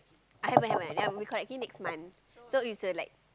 I have I have leh I will be collecting next month so it's a like